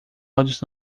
olhos